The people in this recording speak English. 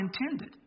intended